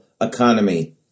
economy